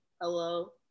Hello